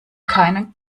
keinen